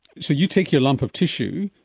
so you take your lump of tissue,